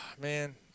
Man